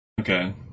Okay